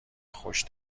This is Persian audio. خوش